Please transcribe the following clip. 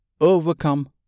overcome